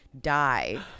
die